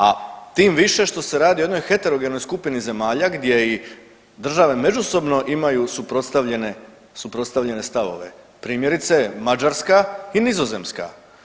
A tim više što se radi o jednoj heterogenoj skupini zemalja gdje i države međusobno imaju suprotstavljene stavove, primjerice Mađarska i Nizozemska.